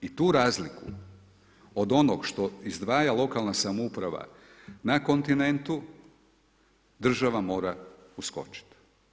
I tu razliku do onog što izdvaja lokalna samouprava na kontinentu, država mora uskočiti.